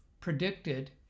predicted